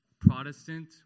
Protestant